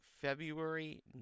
February